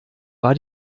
war